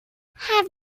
have